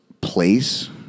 place